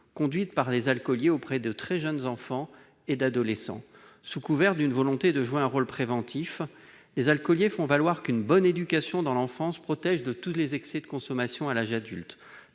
conduites par les alcooliers auprès de très jeunes enfants et d'adolescents. Sous couvert d'une volonté de jouer un rôle préventif, les alcooliers font valoir qu'une « bonne éducation » dans l'enfance protège de tous les excès de consommation à l'âge adulte.